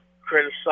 criticize